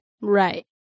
Right